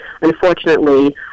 unfortunately